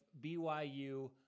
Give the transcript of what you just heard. BYU